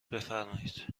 بفرمایید